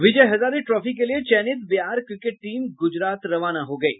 विजय Hazare trophy के लिये चयनित बिहार क्रिकेट टीम गुजरात रवाना हो गयी